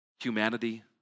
humanity